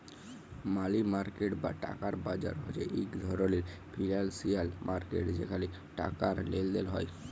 মালি market বা টাকার বাজার হছে ইক ধরলের ফিল্যালসিয়াল মার্কেট যেখালে টাকার লেলদেল হ্যয়